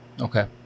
okay